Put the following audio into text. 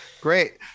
Great